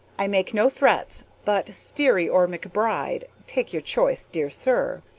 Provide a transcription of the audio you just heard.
i make no threats, but sterry or mcbride take your choice, dear sir.